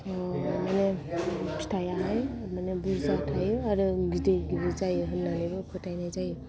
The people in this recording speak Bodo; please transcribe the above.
बिदिनो फिथाइ आहाय माने बुरजा थायो आरो गिदिर गिदिर जायो होननानैबो फोथायनाय जायो